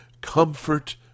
comfort